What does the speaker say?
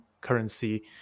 currency